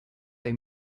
they